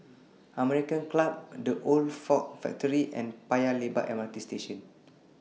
American Club The Old Ford Factory and Paya Lebar MRT Station